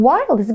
Wild